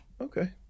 Okay